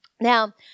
Now